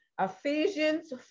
Ephesians